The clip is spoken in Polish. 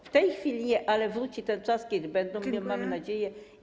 W tej chwili nie, ale wróci ten czas, kiedy będą, mamy nadzieję.